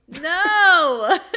No